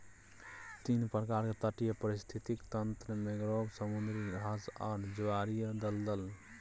तीन प्रकार के तटीय पारिस्थितिक तंत्र मैंग्रोव, समुद्री घास आर ज्वारीय दलदल